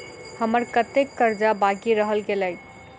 हम्मर कत्तेक कर्जा बाकी रहल गेलइ?